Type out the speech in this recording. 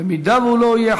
במידה שהוא לא יהיה,